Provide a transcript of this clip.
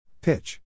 Pitch